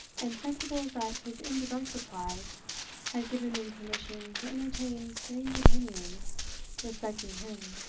and sensible that his indirect replies had given them permission to entertain strange opinions respecting him,